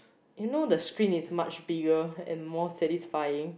you know the screen is much bigger and more satisfying